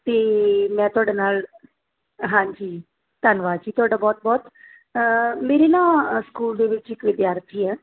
ਅਤੇ ਮੈਂ ਤੁਹਾਡੇ ਨਾਲ ਹਾਂਜੀ ਧੰਨਵਾਦ ਜੀ ਤੁਹਾਡਾ ਬਹੁਤ ਬਹੁਤ ਮੇਰੇ ਨਾ ਸਕੂਲ ਦੇ ਵਿੱਚ ਇੱਕ ਵਿਦਿਆਰਥੀ ਆ